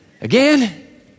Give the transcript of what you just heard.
Again